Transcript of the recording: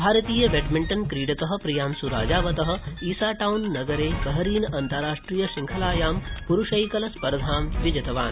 भारतीय बैडमिंटन क्रीडक Priyansh Rajawat Isa Town नगरे बहरीन अन्ताराष्ट्रीय शंखलायां पुरुषैकल स्पर्धाम् विजितवान्